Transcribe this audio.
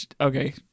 okay